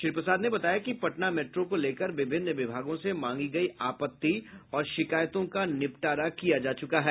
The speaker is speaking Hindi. श्री प्रसाद ने बताया कि पटना मेट्रो को लेकर विभिन्न विभागों से मांगी गयी आपत्ति और शिकायतों का निपटारा किया जा चुका है